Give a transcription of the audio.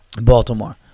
Baltimore